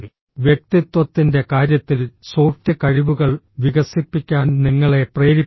വ്യക്തിത്വത്തിന്റെ കാര്യത്തിൽ സോഫ്റ്റ് കഴിവുകൾ വികസിപ്പിക്കാൻ നിങ്ങളെ പ്രേരിപ്പിക്കുന്നു